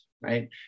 right